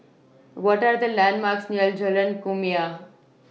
What Are The landmarks near Jalan Kumia